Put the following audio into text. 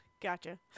gotcha